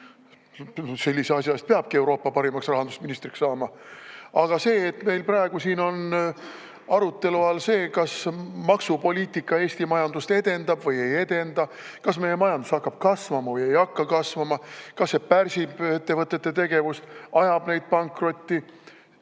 Sellise asja eest peabki Euroopa parimaks rahandusministriks saama. Aga see, et meil praegu siin on arutelu all see, kas maksupoliitika Eesti majandust edendab või ei edenda, kas meie majandus hakkab kasvama või ei hakka kasvama, kas see pärsib ettevõtete tegevust, ajab neid pankrotti